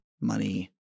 money